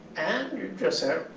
and just her.